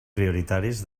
prioritaris